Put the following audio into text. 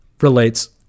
relates